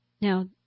Now